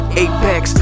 apex